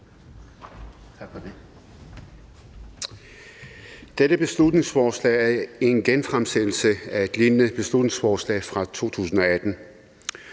Dette beslutningsforslag er en genfremsættelse af et lignende beslutningsforslag fra 2018.